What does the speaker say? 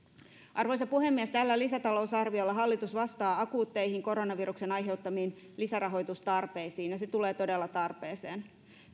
arvoisa puhemies tällä lisätalousarviolla hallitus vastaa akuutteihin koronaviruksen aiheuttamiin lisärahoitustarpeisiin ja se tulee todella tarpeeseen